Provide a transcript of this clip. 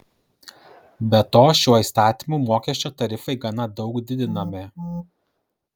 be to šiuo įstatymu mokesčio tarifai gana daug didinami